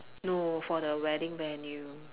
no for the wedding venue